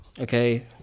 okay